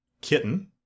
Kitten